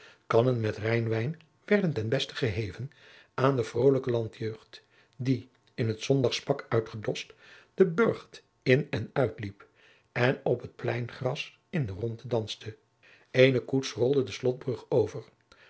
kannen met rijnwijn werden ten beste gegeven aan de vrolijke landjeugd die in t zondagspak uitgedoscht den burcht in en uitliep en op het jacob van lennep de pleegzoon pleingras in de rondte danste eene koets rolde de slotbrug over